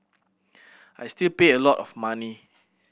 I still pay a lot of money